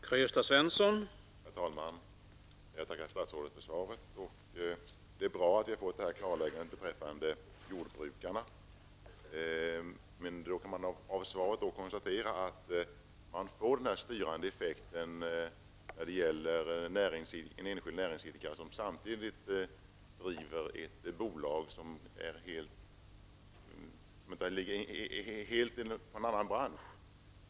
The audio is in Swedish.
Herr talman! Jag tackar statsrådet för svaret. Det är bra att vi har fått detta klarläggande beträffande jordbrukarna, men av svaret kan man konstatera att det uppstår en styrande effekt när en person som idkar enskild näringsverksamhet samtidigt driver ett bolag inom en helt annan bransch.